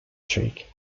trick